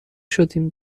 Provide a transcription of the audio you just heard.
شدیم